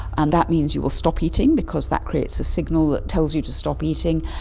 and that means you will stop eating because that creates a signal that tells you to stop eating,